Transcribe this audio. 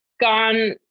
gone